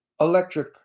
Electric